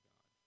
God